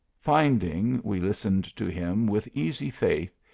finding we listened to him with easy faith,